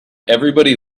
everybody